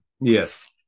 yes